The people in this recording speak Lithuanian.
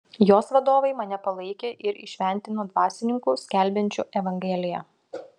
jos vadovai mane palaikė ir įšventino dvasininku skelbiančiu evangeliją